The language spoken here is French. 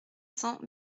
cents